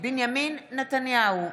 בנימין נתניהו,